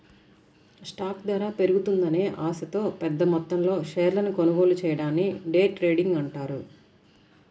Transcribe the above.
stock ధర పెరుగుతుందనే ఆశతో పెద్దమొత్తంలో షేర్లను కొనుగోలు చెయ్యడాన్ని డే ట్రేడింగ్ అంటారు